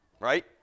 right